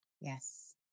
Yes